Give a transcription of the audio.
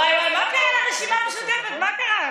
וואי וואי, מה קרה לרשימה המשותפת, מה קרה?